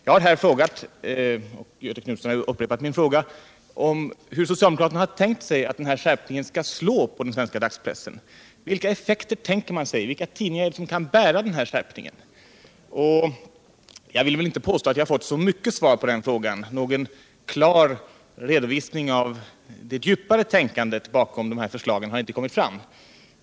Jag har frågat — och Göthe Knutson har upprepat min fråga — hur socialdemokraterna har tänkt sig att den här skärpningen skall slå på den svenska dagspressen. Vilka effekter tänker man sig? Vilka tidningar är det som kan bära den skärpningen? Jag vill väl inte påstå att jag fått så mycket svar på den frågan. Någon klar redovisning av det djupare tänkandet bakom förslagen har inte kommit fram.